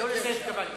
לא לזה התכוונתי.